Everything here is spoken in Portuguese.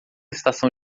estação